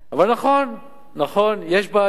אבל נכון, נכון, יש בעיות.